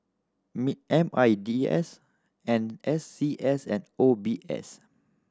M I D S N S C S and O B S